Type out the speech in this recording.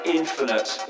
infinite